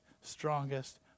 strongest